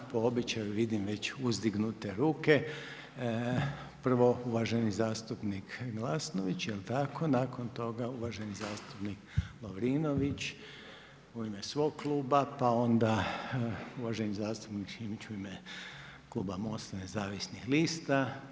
Po običaju vidim već uzdignute ruke, prvo uvaženi zastupnik Glasnović, jel' tako, nakon toga uvaženi zastupnik Lovrinović u ime svog kluba pa onda uvaženi zastupnik Šimić u ime kluba MOST-a nezavisnih lista.